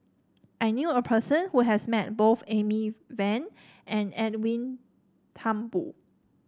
I knew a person who has met both Amy Van and Edwin Thumboo